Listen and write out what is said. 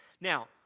now